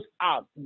out